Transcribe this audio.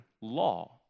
law